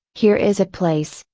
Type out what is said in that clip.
here is a place,